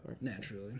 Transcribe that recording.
Naturally